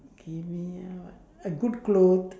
give me a what a good clothes